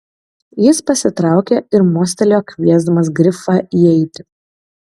jis pasitraukė ir mostelėjo kviesdamas grifą įeiti